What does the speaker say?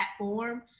platform